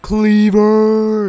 Cleaver